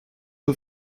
aux